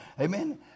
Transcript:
Amen